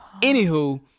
Anywho